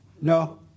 No